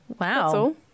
Wow